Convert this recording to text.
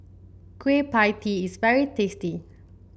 Kueh Pie Tee is very tasty